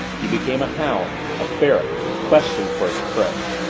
he became a hound a ferret questing for its prey.